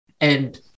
and-